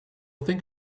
think